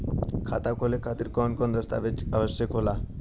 खाता खोले खातिर कौन कौन दस्तावेज के आवश्यक होला?